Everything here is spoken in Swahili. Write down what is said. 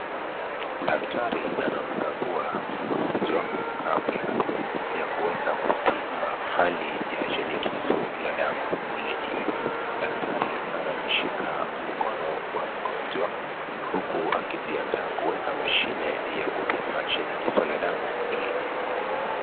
Daktari anamkagua mgonjwa kabla ya kuweza kupima hali ya shinikizo la damu mwilini. Daktari anamshika mkono wa mgonjwa, huku akijiandaa kuweka mashine ya kupima shinikizo la damu mwilini.